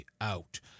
out